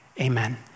amen